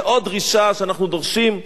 שאנחנו דורשים לשחרר,